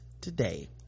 today